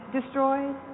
destroyed